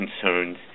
concerns